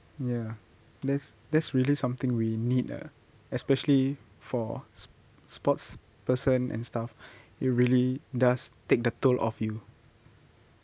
ya that's that's really something we need ah especially for s~ sports person and stuff it really does take the toll off you